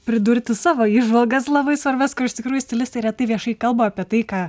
pridurti savo įžvalgas labai svarbias ką iš tikrųjų stilistai retai viešai kalba apie tai ką